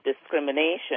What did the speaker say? discrimination